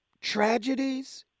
tragedies